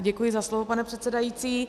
Děkuji za slovo, pane předsedající.